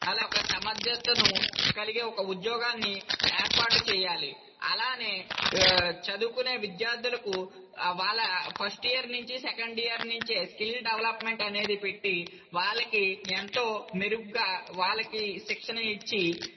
వాళ్ళ యొక్క సామర్థ్యతను కలిగే ఒక ఉద్యోగాన్ని ఏర్పాటు చేయాలి అలాగే చదువుకునే విద్యార్థులకు వాళ్ళ ఫస్ట్ ఇయర్ నుంచి సెకండ్ ఇయర్ నుంచి స్కిల్ డెవలప్మెంట్ అనేది పెట్టి వాళ్ళకి ఎంతో మెరుగుగా వాళ్ళకి శిక్షణ ఇచ్చి